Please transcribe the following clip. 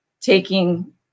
taking